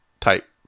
type